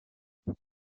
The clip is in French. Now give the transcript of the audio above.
trouve